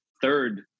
third